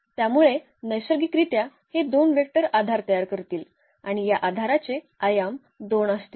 त्यामुळे नैसर्गिकरित्या हे दोन वेक्टर आधार तयार करतील आणि या आधाराचे आयाम दोन असतील